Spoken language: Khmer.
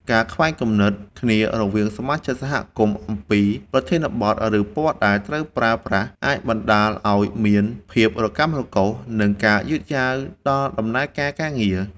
ការខ្វែងគំនិតគ្នារវាងសមាជិកសហគមន៍អំពីប្រធានបទ ឬពណ៌ដែលត្រូវប្រើប្រាស់ អាចបណ្តាលឱ្យមានភាពរកាំរកូស និងការយឺតយ៉ាវដល់ដំណើរការការងារ។